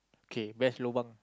kay best lobang